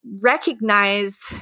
recognize